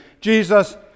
Jesus